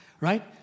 right